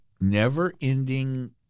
never-ending